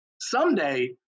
someday